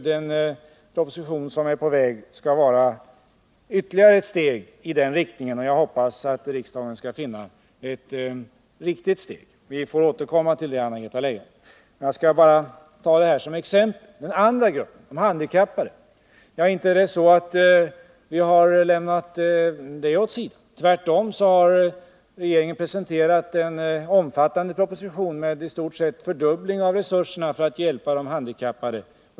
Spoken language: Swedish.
Den proposition som är på väg skall vara ett ytterligare steg i den riktningen och ett steg som jag hoppas att riksdagen finner riktigt. Vi får återkomma till det. Beträffande den andra gruppen, de handikappade, är det inte så att vi har lämnat den åt sidan heller. Tvärtom har regeringen presenterat en omfattande proposition som i stort sett innebär en fördubbling av resurserna för att hjälpa de handikappade.